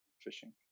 fishing